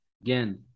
Again